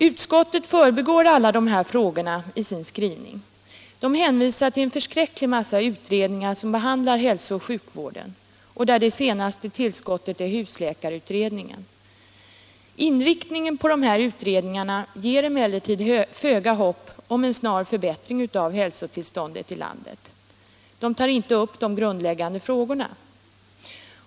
Utskottet förbigår alla dessa frågor i sin skrivning och hänvisar till en förskräcklig massa utredningar som behandlar hälsooch sjukvården och där det senaste tillskottet är husläkarutredningen. Inriktningen på dessa utredningar ger emellertid föga hopp om en snar förbättring av hälsotillståndet i landet. De tar inte upp de grundläggande frågorna.